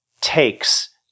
takes